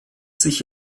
sich